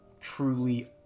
truly